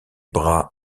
bras